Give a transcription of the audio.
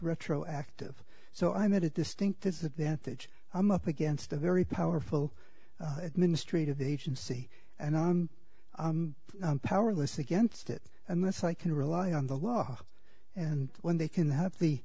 retroactive so i'm at a distinct disadvantage i'm up against a very powerful administrative agency and i'm powerless against it unless i can rely on the law and when they can ha